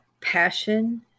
passion